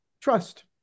trust